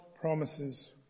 promises